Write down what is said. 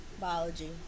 Biology